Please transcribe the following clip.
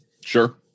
Sure